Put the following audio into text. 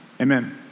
Amen